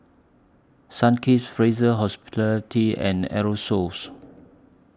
Sunkist Fraser Hospitality and Aerosoles